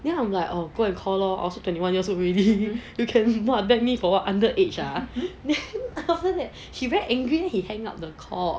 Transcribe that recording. then I'm like orh go and call lor I'm also twenty one years old already you can ban me what ban me under age ah then after that he very angry he hang up the call